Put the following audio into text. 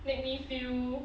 make me feel